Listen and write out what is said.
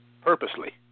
purposely